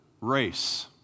race